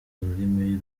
ururimi